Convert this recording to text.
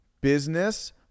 business